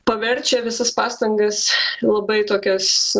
paverčia visas pastangas labai tokias